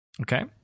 Okay